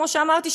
כמו שאמרתי,